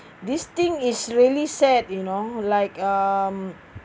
this thing is really sad you know like um